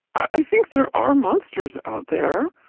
i think there are monsters out there.